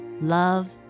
love